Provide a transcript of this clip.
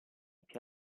più